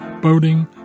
boating